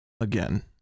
Again